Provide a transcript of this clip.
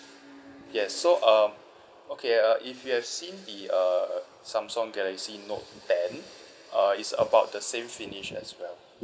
yes so um okay uh if you have seen the uh samsung galaxy note ten uh it's about the same finish as well